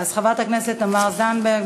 חברת הכנסת תמר זנדברג,